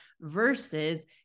versus